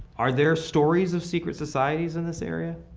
are there stories of secret societies in this area?